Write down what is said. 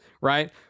right